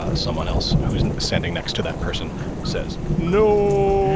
ah someone else who's standing next to that person says no